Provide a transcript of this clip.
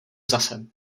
zase